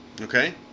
Okay